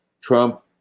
Trump